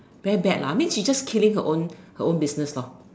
very bad lah I mean she is just killing her own her own business lor